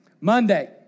Monday